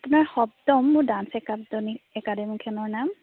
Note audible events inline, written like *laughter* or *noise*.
আপোনাৰ সপ্তম মোৰ ডান্স *unintelligible* একাডেমীখনৰ নাম